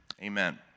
Amen